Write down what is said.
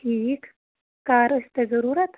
ٹھیٖک کَر ٲسۍ تۄہہِ ضروٗرت